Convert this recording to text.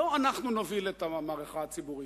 לא אנחנו נוביל את המערכה הציבורית,